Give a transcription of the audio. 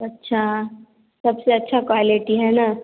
अच्छा सबसे अच्छी क्वालिटी है ना